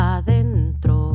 adentro